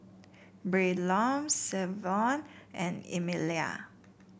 Braylon Savon and Emelia